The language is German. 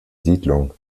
siedlung